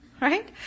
right